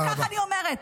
ותוך כך אני אומרת,